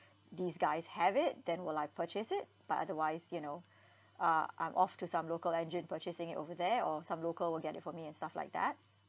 these guys have it then will I purchase it but otherwise you know uh I'm off to some local engine purchasing it over there or some local will get it for me and stuff like that